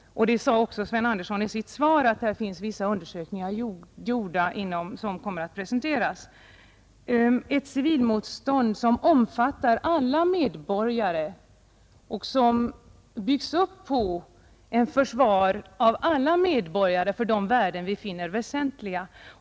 Sven Andersson sade också i sitt svar att vissa undersökningar på detta område har gjorts och att de kommer att offentliggöras. Ett civilmotstånd skulle omfatta alla medborgare och skulle byggas upp på ett försvar från alla för de värden vi finner väsentliga.